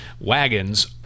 wagons